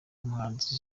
umuhanzi